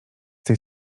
tej